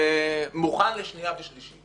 מוכן לקריאה שנייה ושלישית